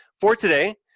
for today,